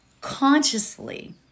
consciously